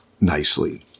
nicely